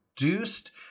reduced